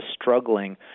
struggling